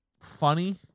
funny